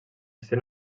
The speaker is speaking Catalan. sent